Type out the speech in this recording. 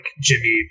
Jimmy